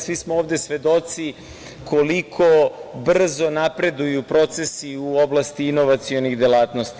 Svi smo ovde svedoci koliko brzo napreduju procesi u oblasti inovacionih delatnosti.